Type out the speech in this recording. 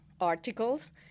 articles